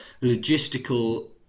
logistical